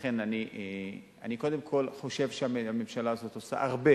לכן אני קודם כול חושב שהממשלה הזאת עושה הרבה